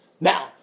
Now